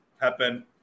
happen